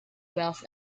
wealth